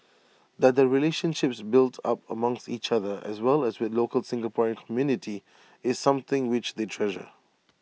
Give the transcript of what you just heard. that the relationships built up amongst each other as well as with local Singaporean community is something which they treasure